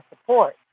support